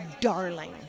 darling